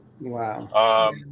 Wow